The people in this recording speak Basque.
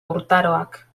urtaroak